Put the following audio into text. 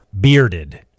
bearded